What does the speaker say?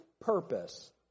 purpose